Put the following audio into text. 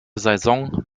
saison